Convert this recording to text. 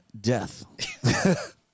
death